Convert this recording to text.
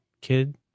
kid